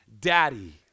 daddy